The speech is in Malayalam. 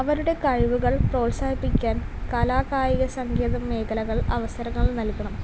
അവരുടെ കഴിവുകൾ പ്രോത്സാഹിപ്പിക്കാൻ കലാകായിക സംഗീതം മേഖലകൾ അവസരങ്ങൾ നൽകണം